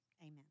Amen